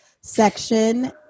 section